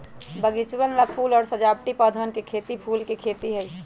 बगीचवन ला फूल और सजावटी पौधवन के खेती फूल के खेती है